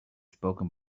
spoken